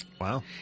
Wow